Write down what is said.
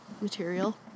material